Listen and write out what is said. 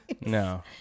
No